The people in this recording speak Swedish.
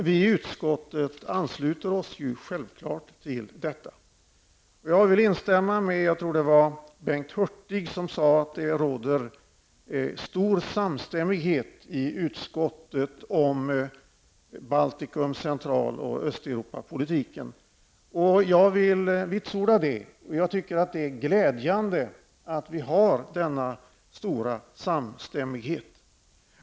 Vi i utskottet ansluter oss självklart till detta. Jag vill instämma med, jag tror det var, Bengt Hurtig som sade att det råder stor samstämmighet i utskottet om Baltikum, Central och Östeuropapolitiken. Jag vill vitsorda det. Jag tycker att det är glädjande att vi har denna stora samstämmighet.